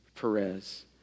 Perez